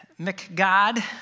McGod